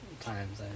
times